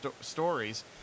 stories